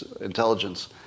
intelligence